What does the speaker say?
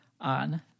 on